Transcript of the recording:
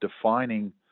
defining